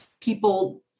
people